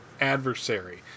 adversary